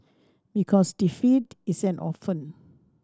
because defeat is an orphan